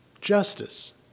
Justice